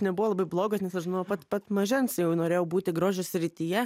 nebuvo labai blogas nes aš nuo pat pat mažens jau norėjau būti grožio srityje